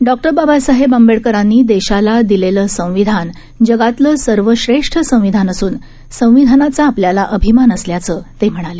डॉ बाबासाहेब आंबेडकरांनी देशाला दिलेले संविधान जगातलं सर्वश्रेष्ठ संविधान असून संविधानाचा आपल्याला अभिमान असल्याचं ते म्हणाले